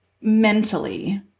mentally